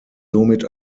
somit